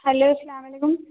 hello السلام علیکم